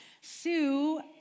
Sue